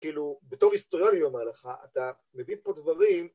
‫כאילו, בתור היסטוריון ‫אני אומר לך, אתה מביא פה דברים...